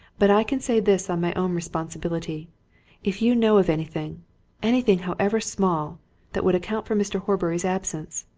but i can say this on my own responsibility if you know of anything anything, however small that would account for mr. horbury's absence,